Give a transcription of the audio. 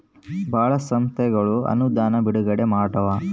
ಭಾಳ ಸಂಸ್ಥೆಗಳು ಅನುದಾನ ಬಿಡುಗಡೆ ಮಾಡ್ತವ